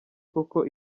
koko